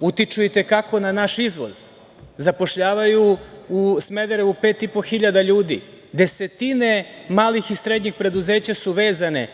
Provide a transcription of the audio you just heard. utiču i te kako na naš izvoz, zapošljavaju u Smederevu pet i po hiljada ljudi, desetine malih i srednjih preduzeća su vezane